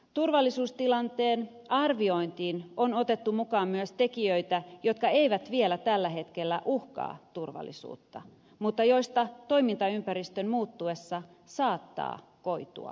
turvallisuustilanteen arviointiin on otettu mukaan myös tekijöitä jotka eivät vielä tällä hetkellä uhkaa turvallisuutta mutta joista toimintaympäristön muuttuessa saattaa koitua turvallisuusuhkia